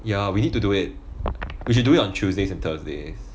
ya we need to do it we should do it on tuesdays and thursdays